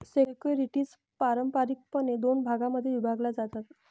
securities पारंपारिकपणे दोन भागांमध्ये विभागल्या जातात